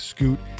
Scoot